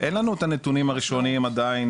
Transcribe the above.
אין לנו את הנתונים הראשוניים עדיין